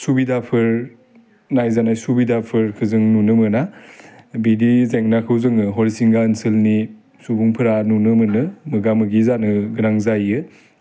सुबिदाफोर नायजानाय सुबिदाफोरखो जों नुनो मोना बिदि जेंनाखौ जोङो हरिसिंगा ओनसोलनि सुबुंफोरा नुनो मोनो मोगा मोगि जानो गोनां जायो